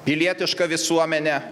pilietiška visuomenė